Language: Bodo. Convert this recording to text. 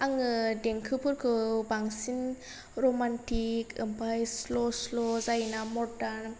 आङो देंखोफोरखौ बांसिन रमान्टिक ओमफ्राय स्ल' स्ल' जायो ना मडार्न